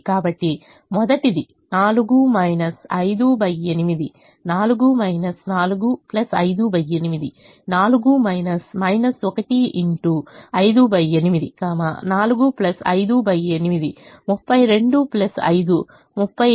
కాబట్టి మొదటిది 4 58 4 4 58 4 1 x 58 4 58 32 5 37 8